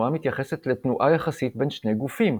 תנועה מתייחסת לתנועה יחסית בין שני גופים,